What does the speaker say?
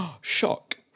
Shock